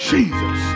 Jesus